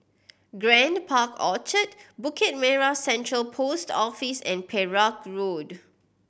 Grand Park Orchard Bukit Merah Central Post Office and Perak Road